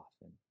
often